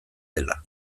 dela